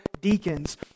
deacons